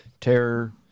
Terror